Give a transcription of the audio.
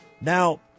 Now